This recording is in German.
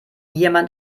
jemand